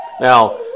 now